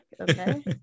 okay